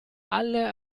alle